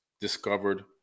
discovered